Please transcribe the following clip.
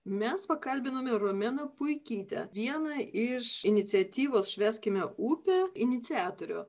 mes pakalbinome romeną puikytę vienai iš iniciatyvos švęskime upę iniciatorių